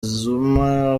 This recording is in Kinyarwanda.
zuma